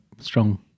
strong